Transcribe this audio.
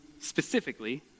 specifically